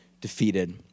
defeated